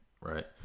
Right